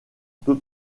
peu